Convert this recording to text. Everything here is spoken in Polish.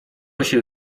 się